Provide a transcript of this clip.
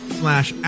slash